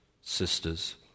sisters